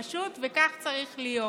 פשוט, וכך צריך להיות.